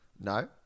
No